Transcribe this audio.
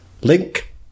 link